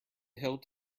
hilt